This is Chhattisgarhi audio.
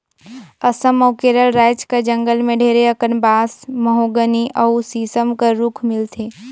असम अउ केरल राएज कर जंगल में ढेरे अकन बांस, महोगनी अउ सीसम कर रूख मिलथे